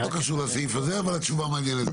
לא קשור לסעיף הזה, אבל התשובה מעניינת אותי.